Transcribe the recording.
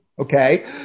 okay